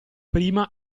prima